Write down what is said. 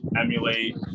emulate